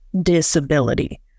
disability